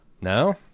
No